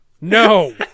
No